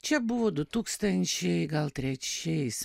čia buvo du tūkstančiai gal trečiais